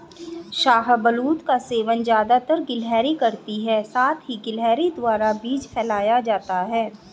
शाहबलूत का सेवन ज़्यादातर गिलहरी करती है साथ ही गिलहरी द्वारा बीज फैलाया जाता है